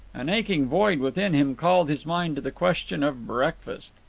an aching void within him called his mind to the question of breakfast.